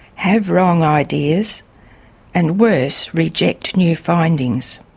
have wrong ideas and worse, reject new findings.